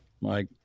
Mike